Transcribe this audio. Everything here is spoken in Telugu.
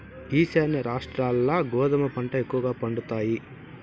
ఈశాన్య రాష్ట్రాల్ల గోధుమ పంట ఎక్కువగా పండుతాయి